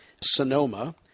Sonoma